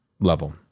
level